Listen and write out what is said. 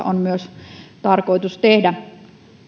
on myös tarkoitus tehdä